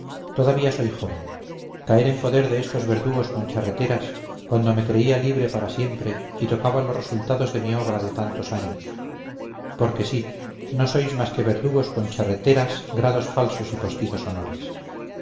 todavía soy joven caer en poder de estos verdugos con charreteras cuando me creía libre para siempre y tocaba los resultados de mi obra de tantos años porque sí no sois más que verdugos con charreteras grados falsos y postizos honores